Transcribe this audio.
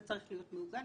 זה צריך להיות מאוזן